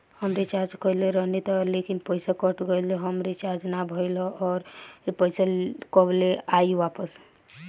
हम रीचार्ज कईले रहनी ह लेकिन पईसा कट गएल ह रीचार्ज ना भइल ह और पईसा कब ले आईवापस?